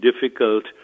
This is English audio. difficult